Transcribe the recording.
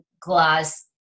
glass